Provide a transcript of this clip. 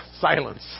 silence